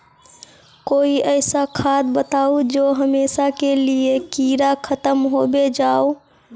कोई ऐसा खाद बताउ जो हमेशा के लिए कीड़ा खतम होबे जाए?